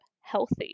healthy